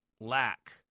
Lack